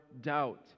doubt